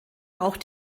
auch